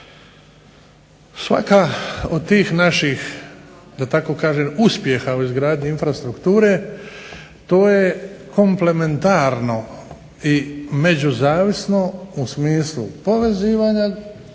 Svaka od tih naših uspjeha u izgradnji infrastrukture to je komplementarno i međuzavisno u smislu povezivanja